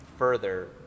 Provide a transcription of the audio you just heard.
Further